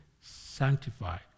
sanctified